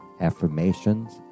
affirmations